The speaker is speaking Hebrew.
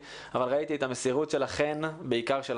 אבל ראיתי את המסירות שלכן בעיקר שלכן,